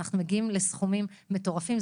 אנחנו מגיעים לסכומים מטורפים,